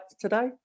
today